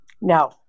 No